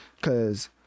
Cause